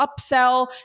upsell